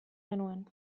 genuen